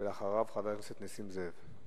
אחריו, חבר הכנסת נסים זאב.